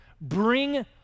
bring